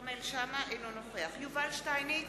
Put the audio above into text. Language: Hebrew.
אינו נוכח יובל שטייניץ,